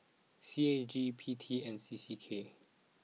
C A G P T and C C K